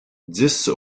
dix